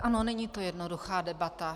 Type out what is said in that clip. Ano, není to jednoduchá debata.